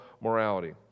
morality